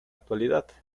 actualidad